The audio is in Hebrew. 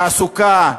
תעסוקה,